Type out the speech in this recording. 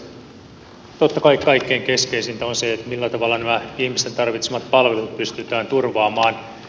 totta kai kaikkein keskeisintä on se millä tavalla nämä ihmisten tarvitsemat palvelut pystytään turvaamaan